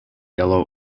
yellow